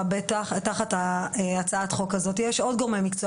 בטח תחת הצעת החוק הזאת יש עוד גורמי מקצוע